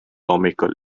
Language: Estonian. hommikul